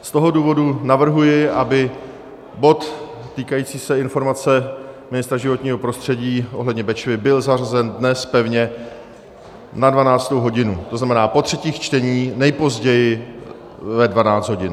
Z toho důvodu navrhuji, aby bod týkající se informace ministra životního prostředí ohledně Bečvy byl zařazen dnes pevně na 12. hodinu, to znamená po třetích čteních, nejpozději ve 12 hodin.